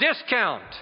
discount